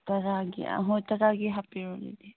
ꯇꯔꯥꯒꯤ ꯍꯣꯏ ꯇꯔꯥꯒꯤ ꯍꯥꯞꯄꯤꯔꯣ ꯑꯗꯨꯗꯤ